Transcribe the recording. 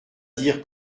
dire